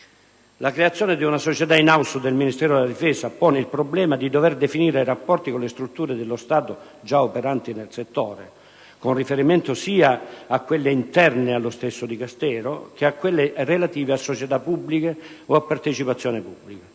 La creazione di una società *in house* del Ministero della difesa pone il problema di dover definire i rapporti con le strutture dello Stato già operanti nel settore, con riferimento sia a quelle interne allo stesso Dicastero, che a quelle relative a società pubbliche o a partecipazione pubblica.